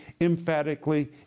emphatically